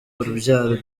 urubyaro